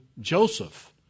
Joseph